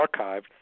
archived